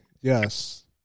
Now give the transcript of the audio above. yes